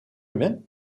humain